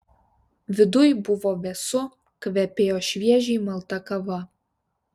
viduj buvo vėsu kvepėjo šviežiai malta kava